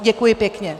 Děkuji pěkně.